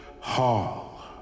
hall